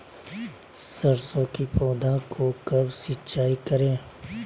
सरसों की पौधा को कब सिंचाई करे?